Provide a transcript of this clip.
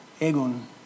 egon